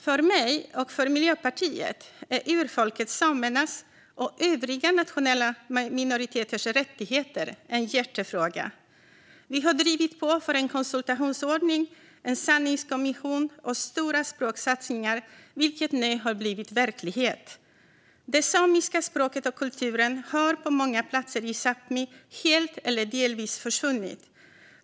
För mig och för Miljöpartiet är urfolket samernas och övriga nationella minoriteters rättigheter en hjärtefråga. Vi har drivit på för en konsultationsordning, en sanningskommission och stora språksatsningar, vilket nu har blivit verklighet. Det samiska språket och den samiska kulturen har på många platser i Sápmi helt eller delvis försvunnit.